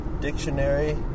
dictionary